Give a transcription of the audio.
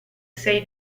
sei